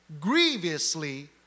grievously